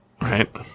Right